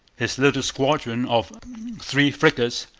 his little squadron of three frigates,